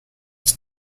its